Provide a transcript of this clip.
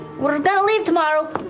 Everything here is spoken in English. we're going to leave tomorrow.